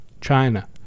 China